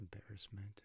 embarrassment